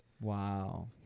Wow